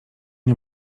nie